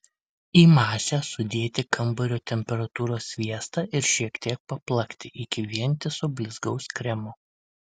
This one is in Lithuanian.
į masę sudėti kambario temperatūros sviestą ir šiek tiek paplakti iki vientiso blizgaus kremo